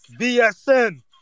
BSN